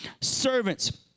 servants